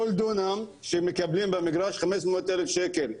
כל דונם שמקבלים במגרש 500 אלף שקל,